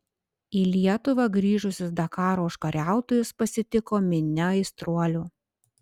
į lietuvą grįžusius dakaro užkariautojus pasitiko minia aistruolių